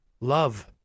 love